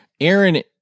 Aaron